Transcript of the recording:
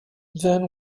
then